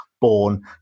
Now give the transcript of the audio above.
born